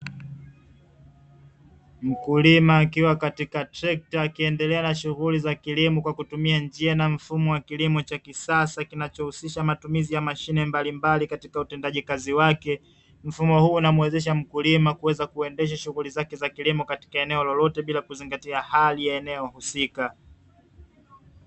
Mkulima akiwa katika trekta akiendelea na shughuli za kilimo kwa kutumia njia na mfumo wa kilimo cha kisasa kinachohusisha matumizi ya mashine mbalimbali katika utendaji kazi wake. Mfumo huu unamwezesha mkulima kuweza kuendesha shughuli zake za kilimo katika eneo lolote bila kuzingatia hali ya eneo husika.